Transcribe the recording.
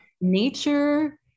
nature